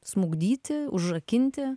smukdyti užrakinti